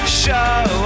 show